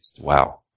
Wow